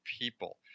people